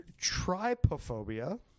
tripophobia